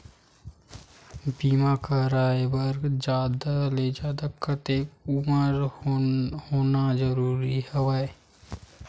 बीमा कराय बर जादा ले जादा कतेक उमर होना जरूरी हवय?